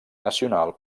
nacional